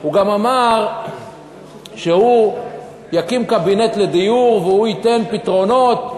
הוא גם אמר שהוא יקים קבינט לדיור והוא ייתן פתרונות,